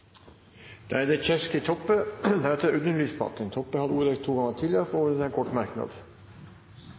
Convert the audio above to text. Da meiner vi at det same må gjelda for sjukehus. Representanten Audun Lysbakken har hatt ordet to ganger tidligere i debatten og får ordet til en kort merknad,